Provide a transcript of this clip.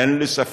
אין לי ספק